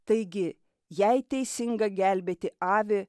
taigi jei teisinga gelbėti avį